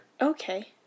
Okay